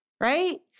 right